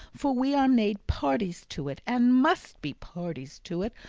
for we are made parties to it, and must be parties to it,